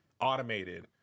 Automated